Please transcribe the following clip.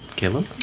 caleb?